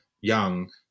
young